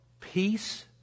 peace